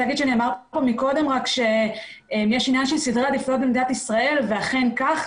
נאמר מקודם שיש עניין של סדרי עדיפויות במדינת ישראל ואכן כך,